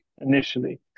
initially